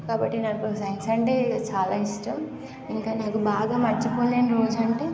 కాబట్టి నాకు సైన్స్ అంటే చాలా ఇష్టం ఇంకా నాకు బాగా మరచిపోలేని రోజు అంటే